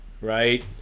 right